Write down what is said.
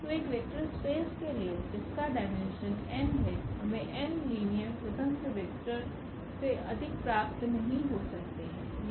तो एक vector space के लिए जिसका डायमेंशन n है हमें n लीनियर स्वतंत्र वेक्टर से अधिक प्राप्त नहीं हो सकते हैं